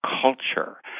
culture